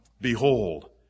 Behold